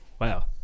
wow